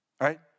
right